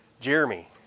Jeremy